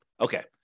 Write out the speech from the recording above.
Okay